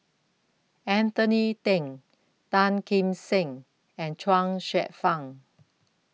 Anthony Then Tan Kim Seng and Chuang Hsueh Fang